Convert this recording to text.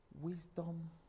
Wisdom